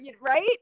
right